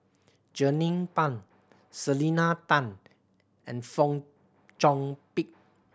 Jernnine Pang Selena Tan and Fong Chong Pik